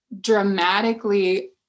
dramatically